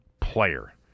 player